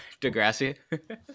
Degrassi